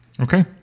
Okay